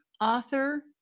author